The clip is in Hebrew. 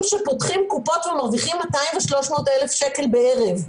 שפותחים קופות ומרוויחים 200,000 ו-300,000 שקל בערב.